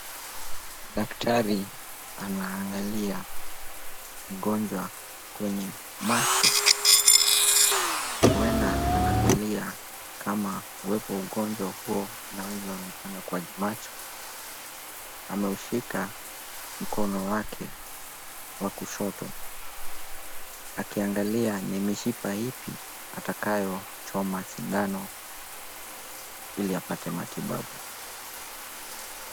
Daktari anaangalia mgonjwa kwenye macho. Huenda anaangalia kama uwepo wa ugonjwa huo unaweza onekana kwa macho. Ameushika mkono wake wa kushoto akiangalia ni mishipa ipi atakayo choma sindano ili apate matibabu.